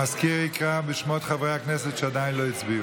המזכיר יקרא בשמות חברי הכנסת שעדיין לא הצביעו.